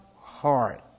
heart